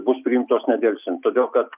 bus priimtos nedelsiant todėl kad